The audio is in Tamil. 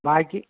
பாக்கி